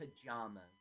pajamas